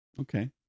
okay